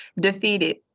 defeated